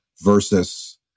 versus